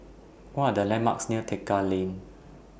What Are The landmarks near Tekka Lane